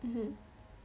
mm